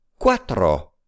Cuatro